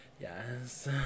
Yes